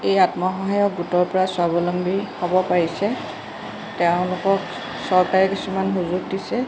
এই আত্মসহায়ক গোটৰপৰা স্বাৱলম্বী হ'ব পাৰিছে তেওঁলোকক চৰকাৰে কিছুমান সুযোগ দিছে